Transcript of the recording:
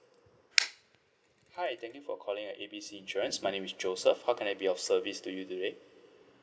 hi thank you for calling uh A B C insurance my name is joseph how can I be of service to you today